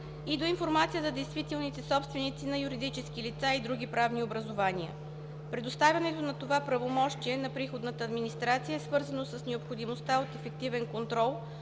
и до информация за действителните собственици на юридически лица и други правни образувания. Предоставянето на това правомощие на приходната администрация е свързано с необходимостта от ефективен контрол